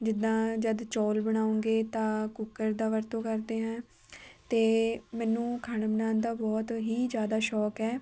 ਜਿੱਦਾਂ ਜਦ ਚੌਲ ਬਣਾਉਂਗੇ ਤਾਂ ਕੁੱਕਰ ਦਾ ਵਰਤੋਂ ਕਰਦੇ ਹਾਂ ਅਤੇ ਮੈਨੂੰ ਖਾਣਾ ਬਣਾਉਣ ਦਾ ਬਹੁਤ ਹੀ ਜ਼ਿਆਦਾ ਸ਼ੌਂਕ ਹੈ